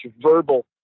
verbal